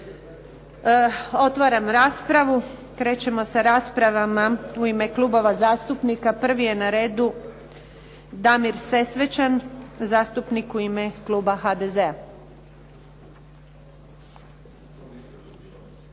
Otvaram raspravu. Krećemo sa raspravama u ime klubova zastupnika. Prvi je na redu Damir Sesvečan, zastupnik u ime kluba HDZ-a.